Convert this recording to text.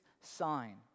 sign